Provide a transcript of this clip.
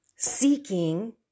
seeking